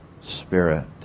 spirit